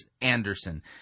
Anderson